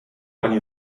ani